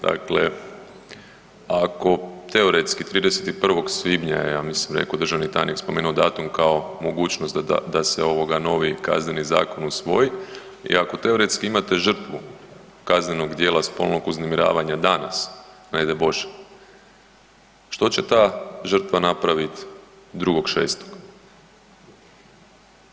Dakle, ako teoretski 31. svibnja je ja mislim rekao državni tajnik, spomenuto datum kao mogućnost da se novi Kazneni zakon usvoji, i ako teoretski imate žrtvu kaznenog djela spolnog uznemiravanja danas, ne daj bože, što će ta žrtva napraviti 2. 6.